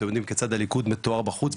אתם יודעים כיצד הליכוד מתואר בחוץ,